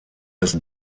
des